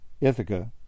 Ithaca